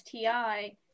STI